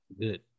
Good